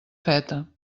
feta